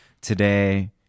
Today